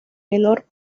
menor